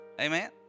Amen